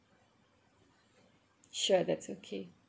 sure that's okay